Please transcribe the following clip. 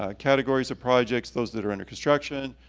ah categories of projects. those that are under construction,